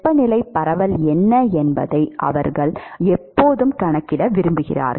வெப்பநிலை பரவல் என்ன என்பதை அவர்கள் எப்போதும் கணக்கிட விரும்புகிறார்கள்